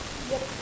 yup